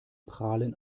prahlen